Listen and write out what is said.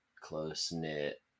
close-knit